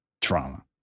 trauma